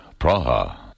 Praha